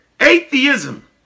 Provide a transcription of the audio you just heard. atheism